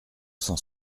cent